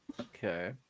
Okay